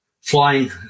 flying